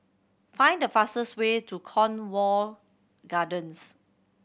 find the fastest way to Cornwall Gardens